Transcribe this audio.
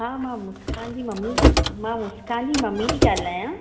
हा मां मुस्कान जी ममी मां मुस्कान जी ममी थी ॻाल्हायां